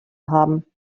haben